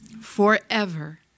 forever